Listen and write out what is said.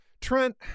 Trent –